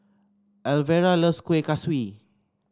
Alvera loves Kueh Kaswi